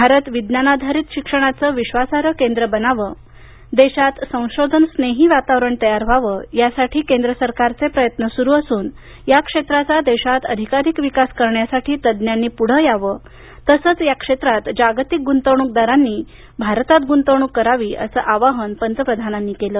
भारत विज्ञानाधारित शिक्षणाचं विश्वासार्ह केंद्र बनावं देशात संशोधनस्नेही वातावरण तयार व्हावं यासाठी केंद्र सरकारचे प्रयत्न सुरू असून या क्षेत्राचा देशात अधिकाधिक विकास करण्यासाठी तज्ञांनी पुढे यावं तसंच या क्षेत्रात जागतिक गुंतवणूकदरांनी भारतात गुंतवणूक करावी असं आवाहन पंतप्रधानांनी केलं